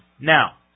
Now